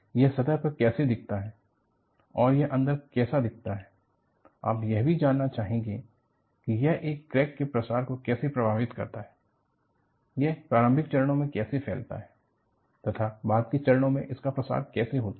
यह सतह पर कैसा दिखता है और यह अंदर कैसा दिखता है आप यह भी जानना चाहेंगे कि यह क्रैक के प्रसार को कैसे प्रभावित करता है यह प्रारंभिक चरणों में कैसे फैलता है तथा बाद के चरणों में इसका प्रसार कैसे होता है